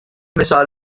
مثال